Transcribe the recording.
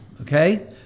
okay